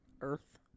Earth